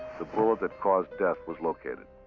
the bullet that caused death was located.